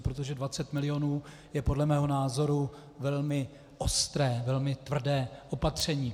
Protože 20 mil. je podle mého názoru velmi ostré, velmi tvrdé opatření.